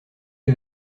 les